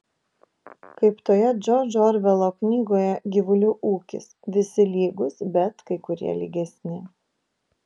kaip toje džordžo orvelo knygoje gyvulių ūkis visi lygūs bet kai kurie lygesni